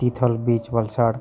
Tithal beach Valsad